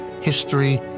history